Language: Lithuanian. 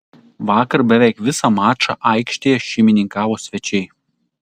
vakar beveik visą mačą aikštėje šeimininkavo svečiai